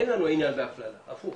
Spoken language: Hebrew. אין לנו עניין בהפללה, הפוך.